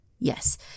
Yes